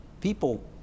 people